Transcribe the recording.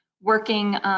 working